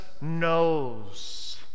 knows